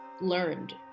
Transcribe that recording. learned